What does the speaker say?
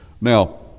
Now